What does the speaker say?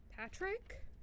Patrick